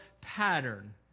pattern